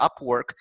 Upwork